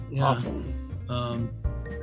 Awesome